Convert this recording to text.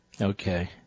Okay